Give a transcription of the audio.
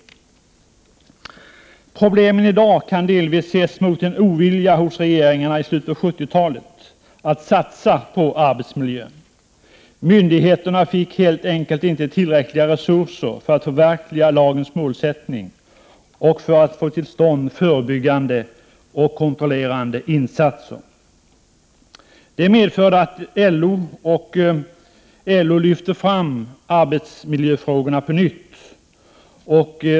Problemen i dag kan delvis ses mot en ovilja hos regeringarna i slutet av 1970-talet att satsa på arbetsmiljön. Myndigheterna fick helt enkelt inte tillräckliga resurser för att förverkliga lagens målsättning och för att få till stånd förebyggande och kontrollerande insatser. Detta medförde att LO lyfte fram arbetsmiljöfrågorna på nytt.